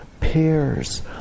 pairs